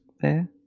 fair